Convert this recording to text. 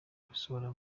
gusohora